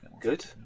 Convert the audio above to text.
good